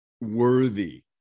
worthy